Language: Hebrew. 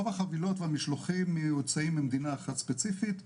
רוב החבילות והמשלוחים יוצאים ממדינה אחת ספציפית,